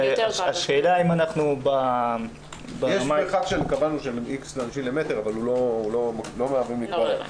קבענו מרחק של X אנשים למטר אבל הוא לא מהווה מגבלה.